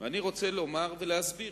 אני רוצה לומר ולהסביר